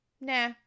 nah